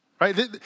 right